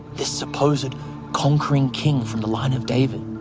this supposed conquering king from the line of david?